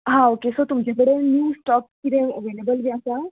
हा okay so तुमचे कडेन न्यू स्टॉक किदें अवेलेबल बी आसा